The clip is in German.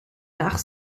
nach